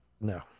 no